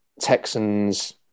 Texans